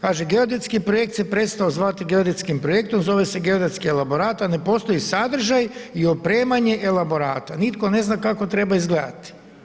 Kaže, geodetski projekt se prestao zvati geodetskim projektom, zove se geodetski elaborat a ne postoji sadržaj i opremanje elaborata, nitko ne zna kako treba izgledati.